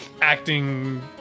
Acting